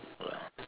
good ah